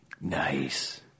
nice